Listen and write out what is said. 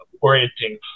orienting